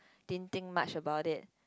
didn't think much about it